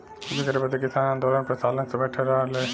जेकरे बदे किसान आन्दोलन पर सालन से बैठल बाड़े